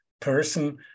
person